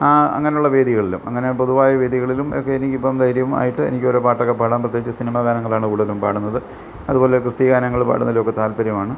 ആ അങ്ങനുള്ള വേദികളിലും അങ്ങനെ പൊതുവായ വേദികളിലും എക്കെ എനിക്കിപ്പം ധൈര്യം ആയിട്ട് എനിക്കോരോ പാട്ടക്ക പാടാം പ്രേത്യേകിച്ച് സിനിമാ ഗാനങ്ങളാണ് കൂടുതലും പാടുന്നത് അതുപോലെ ക്രിസ്തീയ ഗാനങ്ങള് പാടുന്നതിലൊക്കെ താൽപ്പര്യമാണ്